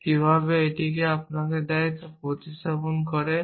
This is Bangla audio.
এবং কীভাবে এটি আপনাকে দেয় যে এটি প্রতিস্থাপন করে